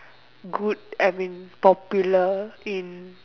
good I mean popular in